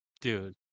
dude